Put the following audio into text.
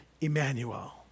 Emmanuel